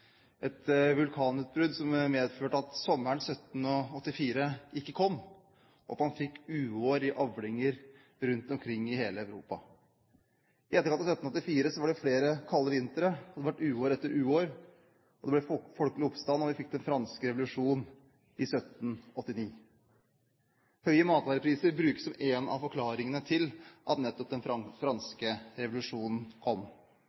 et veldig stort vulkanutbrudd på Island, et vulkanutbrudd som medførte at sommeren 1784 ikke kom, og man fikk uår i avlinger rundt omkring i hele Europa. I etterkant av 1784 var det flere kalde vintre, og det ble uår etter uår. Det ble folkelig oppstand, og vi fikk den franske revolusjonen i 1789. Høye matvarepriser brukes som en av forklaringene på at nettopp den franske revolusjonen kom.